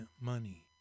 money